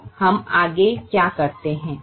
तो हम आगे क्या करते हैं